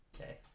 Okay